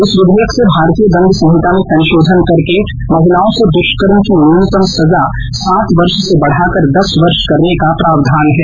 इस विधेयक से भारतीय दंड संहिता में संशोधन करके महिलाओं से दुष्कर्मे की न्यूनतम सजा सात वर्ष से बढ़ाकर दस वर्ष करने का प्रावधान है